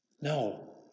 No